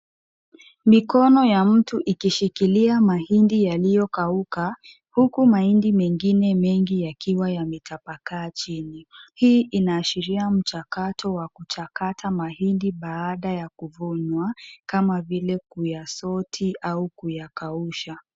Mikono ya mtu ikishikilia mahindi yaliyokauka, huku mahindi mengine mengi yakiwa yametapakaa chini. Hii inaashiria mchakato wa kuchakata mahindi baada ya kuvunwa kama vile kuyasoti au kuyakausha.